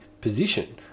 position